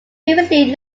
previously